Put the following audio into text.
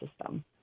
system